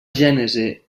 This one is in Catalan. gènesi